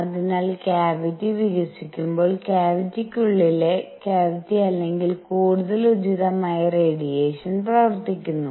അതിനാൽ ക്യാവിറ്റി വികസിക്കുമ്പോൾ ക്യാവിറ്റിയ്ക്കുള്ളിലെ ക്യാവിറ്റി അല്ലെങ്കിൽ കൂടുതൽ ഉചിതമായ റേഡിയേഷൻ പ്രവർത്തിക്കുന്നു